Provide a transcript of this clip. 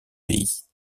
pays